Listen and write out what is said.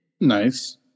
Nice